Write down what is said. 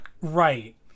right